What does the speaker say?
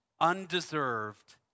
undeserved